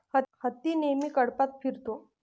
हत्ती नेहमी कळपात फिरतो